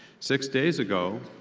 six days ago,